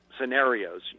scenarios